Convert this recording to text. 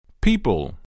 people